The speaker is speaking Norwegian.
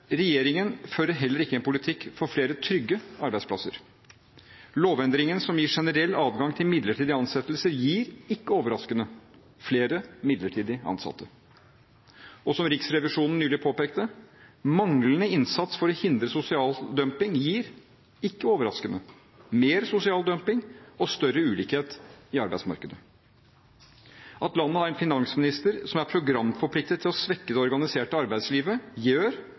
Regjeringen fører heller ikke en politikk for flere trygge arbeidsplasser: Lovendringen som gir generell adgang til midlertidige ansettelser, gir – ikke overraskende – flere midlertidig ansatte. Som Riksrevisjonen nylig påpekte: Manglende innsats for å hindre sosial dumping gir – ikke overraskende – mer sosial dumping og større ulikhet i arbeidsmarkedet. At landet har en finansminister som er programforpliktet til å svekke det organiserte arbeidslivet, gjør